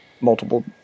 multiple